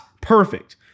perfect